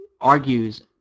argues